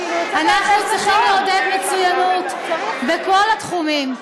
אנחנו צריכים לעודד מצוינות בכל התחומים.